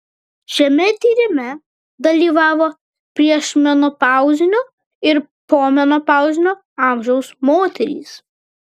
šiame tyrime dalyvavo priešmenopauzinio ir pomenopauzinio amžiaus moterys